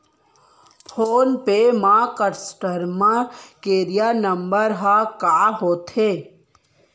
Phone पे म customer care number ह का होथे?